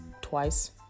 twice